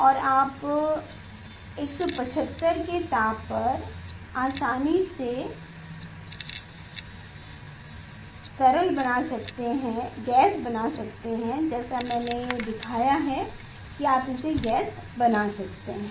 और आप 175 के ताप पर आप आसानी से गैस बना सकते हैं जैसा कि मैंने दिखाया है कि आप इसे गैस बना सकते हैं